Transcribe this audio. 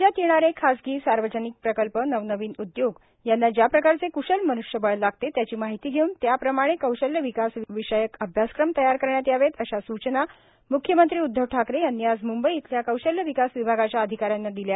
राज्यात येणारे खासगी सार्वजनिक प्रकल्प नवनवीन उदयोग यांना ज्या प्रकारचे कुशल मन्ष्यबळ लागते त्याची माहिती घेऊन त्याप्रमाणे कौशल्य विकासविषयक अभ्यासक्रम तयार करण्यात यावेत अशा सूचना मुख्यमंत्री उद्धव ठाकरे यांनी आज मुंबई इथल्या कौशल्य विकास विभागाच्या अधिकाऱ्यांना दिल्या